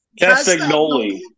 Castagnoli